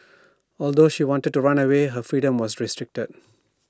although she wanted to run away her freedom was restricted